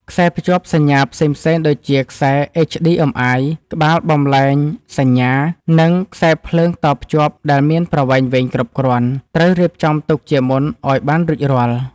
ខ្សែភ្ជាប់សញ្ញាផ្សេងៗ ដូចជាខ្សែ HDMI ក្បាលបំប្លែងសញ្ញា និងខ្សែភ្លើងតភ្ជាប់ដែលមានប្រវែងវែងគ្រប់គ្រាន់ ត្រូវរៀបចំទុកជាមុនឱ្យបានរួចរាល់។